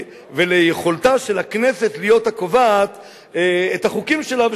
ויכולתה של הכנסת להיות הקובעת את החוקים שלה.